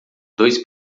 dois